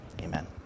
Amen